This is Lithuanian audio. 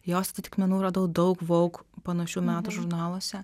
jos atitikmenų radau daug vogue panašių metų žurnaluose